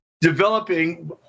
developing